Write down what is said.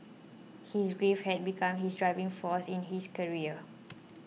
his grief had become his driving force in his career